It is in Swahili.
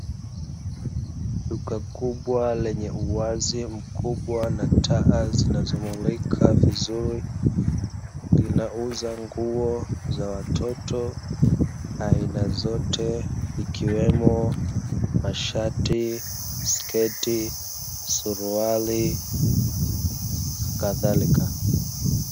Duka kubwa lenye uwazi mkubwa na taa zinazomulika vizuri, linauza nguo za watoto aina zote ikiwemo mashati, sketi, suruali, nakadhalika.